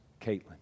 Caitlin